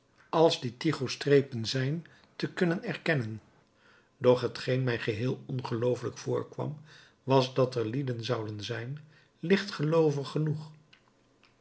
als die tycho strepen zijn te kunnen erkennen doch hetgeen mij geheel ongeloofelijk voorkwam was dat er lieden zouden zijn lichtgeloovig genoeg